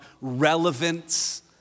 relevance